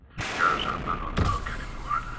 because i'm not on the hook anymore.